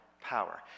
power